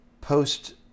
post-